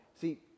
see